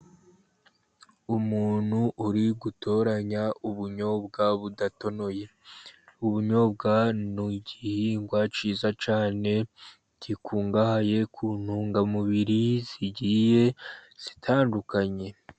Umuntu uri gutoranya ubunyobwa budatonoye. Ubunyobwa ni igihingwa cyiza cyane gikungahaye ku ntungamubiri zigiye zitandukanye.